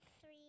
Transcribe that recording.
three